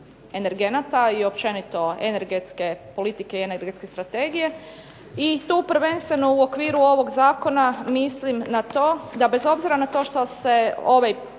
i općenito energetske politike i energetske strategije i tu prvenstveno u okviru ovog zakona mislim na to, da bez obzira na to što se ovaj